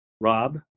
Rob